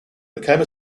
became